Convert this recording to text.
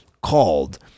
called